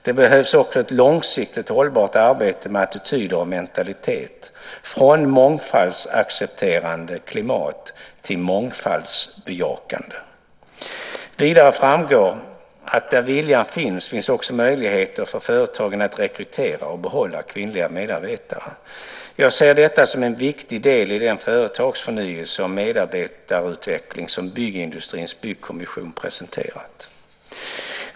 Det behövs också ett långsiktigt hållbart arbete med attityder och mentalitet, från "mångfaldsaccepterande" klimat till "mångfaldsbejakande". Vidare framgår att där viljan finns, finns också goda möjligheter för företagen att rekrytera och behålla kvinnliga medarbetare. Jag ser detta som en viktig del i den företagsförnyelse och medarbetarutveckling som byggindustrins byggkommission presenterat.